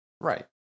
Right